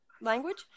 language